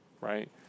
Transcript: right